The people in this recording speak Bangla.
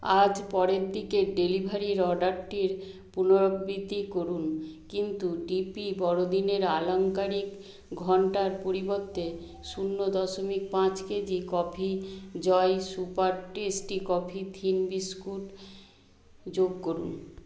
আজ পরের দিকের ডেলিভারির অর্ডারটির পুনরাবৃতি করুন কিন্তু ডি পি বড়দিনের আলংকারিক ঘণ্টার পরিবর্তে শূন্য দশমিক পাঁচ KG coffee joy super tasty coffee thin biscuit যোগ করুন